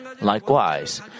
Likewise